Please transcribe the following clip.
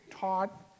taught